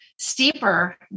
steeper